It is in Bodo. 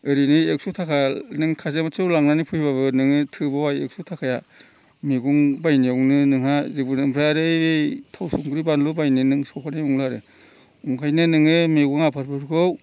ओरैनो एक्स' थाखा नों खाजिया माथियाव लांनानै फैबाबो नोङो थोबावा एकस' थाखाया मैगं बायनायावनो नोंहा जेबोनो थोआ ओमफ्राय आरो नै थाव संख्रि बानलु बायनो नों सौहैनाय नंला आरो ओंखायनो नोङो मैगं आबादफोरखौ